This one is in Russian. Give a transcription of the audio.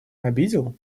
обидел